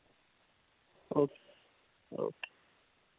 okay okay